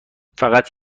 فقط